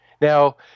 Now